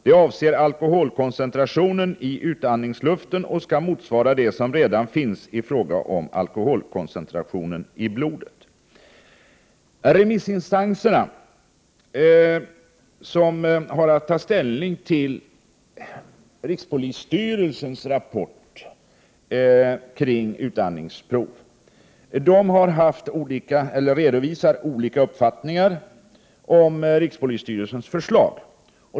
Det avser alkoholkoncentration i utandningsluften och skall motsvara det som redan finns i fråga om alkoholkoncentration i blodet.” Remissinstanserna, som har att ta ställning till rikspolisstyrelsens rapport beträffande utandningsprov, redovisar olika uppfattningar om rikspolisstyrelsens förslag.